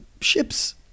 ships